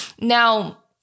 now